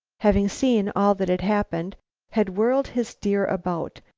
having seen all that had happened had whirled his deer about,